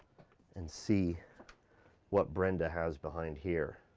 and see what brenda has behind here.